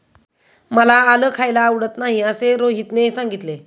मला आलं खायला आवडत नाही असे रोहितने सांगितले